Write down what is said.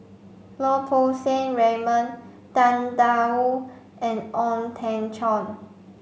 Lau Poo Seng Raymond Tang Da Wu and Ong Teng Cheong